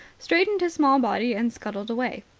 straightened his small body and scuttled away.